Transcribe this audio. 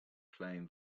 claim